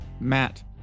Matt